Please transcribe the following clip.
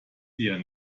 eher